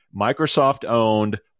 Microsoft-owned